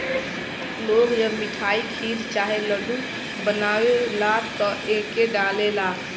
लोग जब मिठाई, खीर चाहे लड्डू बनावेला त एके डालेला